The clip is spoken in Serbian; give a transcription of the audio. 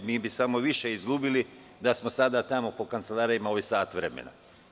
Samo bismo više izgubili da smo sada tamo po kancelarijama ovih sat vremena.